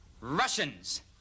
Russians